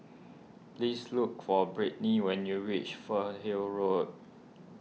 please look for Britney when you reach Fernhill Road